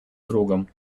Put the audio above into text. кругом